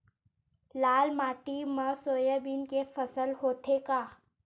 लाल माटी मा सोयाबीन के फसल होथे का?